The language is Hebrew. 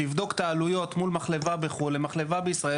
שיבדוק את העלויות מול מחלבה בחו"ל למחלבה בישראל